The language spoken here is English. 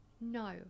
No